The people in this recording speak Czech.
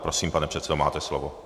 Prosím, pane předsedo, máte slovo.